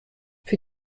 für